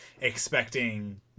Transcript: expecting